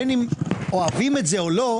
בין אם אוהבים את זה או לא,